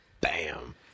Bam